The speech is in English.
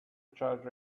charge